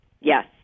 Yes